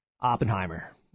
Oppenheimer